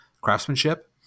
craftsmanship